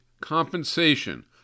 Compensation